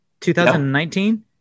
2019